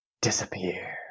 disappear